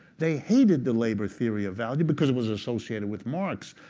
they hated the labor theory of value because it was associated with marx.